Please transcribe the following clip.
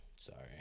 Sorry